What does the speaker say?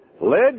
led